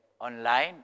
online